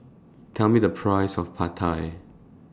Tell Me The Price of Pad Thai